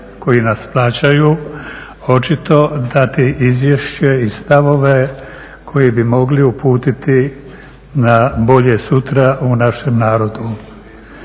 koji nas plaćaju očito dati izvješće i stavove koji bi mogli uputiti na bolje sutra u našem narodu.